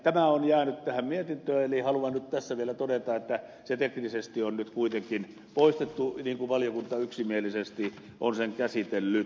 tämä on jäänyt mietintöön eli haluan tässä vielä todeta että se teknisesti on nyt kuitenkin poistettu niin kuin valiokunta yksimielisesti on sen käsitellyt